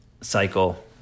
cycle